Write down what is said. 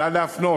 נא להפנות.